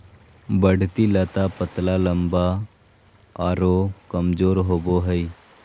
बढ़ती लता पतला लम्बा आरो कमजोर होबो हइ